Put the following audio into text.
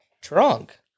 trunk